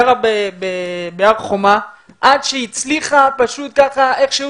היא גרה בהר חומה והיא חיכתה